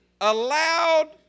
allowed